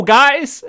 guys